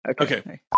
Okay